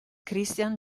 christian